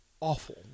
Awful